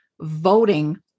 voting